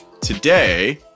Today